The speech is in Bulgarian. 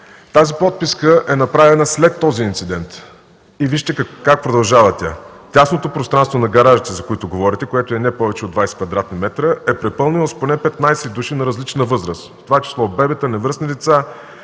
Тази подписка е направена след този инцидент и вижте как продължава тя. Тясното пространство на гаражите – за които говорите, което е не повече от 20 кв. м, е препълнено с поне 15 души на различна възраст, в това число бебета, невръстни деца.